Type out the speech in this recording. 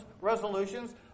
resolutions